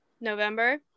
November